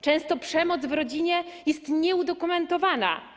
Często przemoc w rodzinie jest nieudokumentowana.